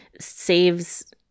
saves